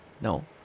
No